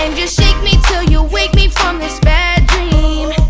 um just shake me till you wake me from this bad